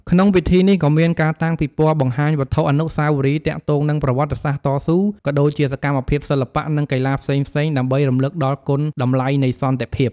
ក្នុងពិធីនេះ ក៏មានការតាំងពិព័រណ៍បង្ហាញវត្ថុអនុស្សាវរីយ៍ទាក់ទងនឹងប្រវត្តិសាស្ត្រតស៊ូ ក៏ដូចជាសកម្មភាពសិល្បៈ និងកីឡាផ្សេងៗ ដើម្បីរំលឹកដល់គុណតម្លៃនៃសន្តិភាព។